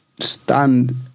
stand